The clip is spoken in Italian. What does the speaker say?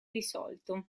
risolto